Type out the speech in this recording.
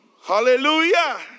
Hallelujah